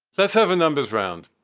let's have a numbers round.